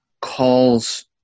calls